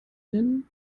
nennen